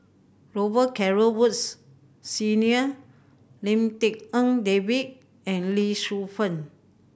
Robet Carr Woods Senior Lim Tik En David and Lee Shu Fen